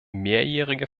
mehrjährige